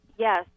Yes